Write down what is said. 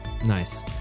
Nice